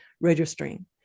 registering